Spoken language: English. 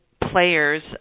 players